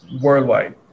worldwide